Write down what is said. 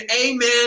amen